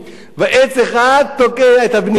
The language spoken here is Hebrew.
ועץ אחד תוקע את הבנייה.